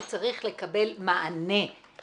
הוא צריך לקבל מענה מידי.